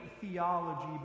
theology